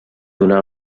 donar